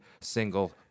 single